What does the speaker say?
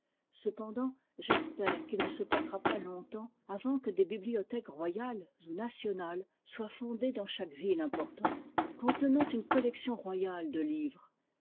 cependant j'espère qu'il ne se passera pas longtemps avant que des bibliothèques royales ou nationales soient fondées dans chaque ville importante contenant une collection royale de livres